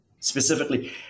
specifically